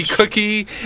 Cookie